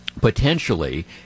potentially